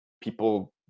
people –